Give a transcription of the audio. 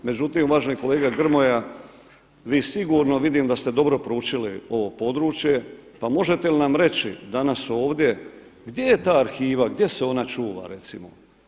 Međutim, uvaženi kolega Grmoja, vi sigurno vidim da ste dobro proučili ovo područje, pa možete li nam reći danas ovdje gdje je ta arhiva, gdje se ona čuva recimo?